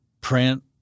print